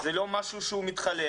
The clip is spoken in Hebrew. זה לא משהו שהוא מתחלף.